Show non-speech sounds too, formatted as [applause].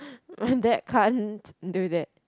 [breath] my dad can't do that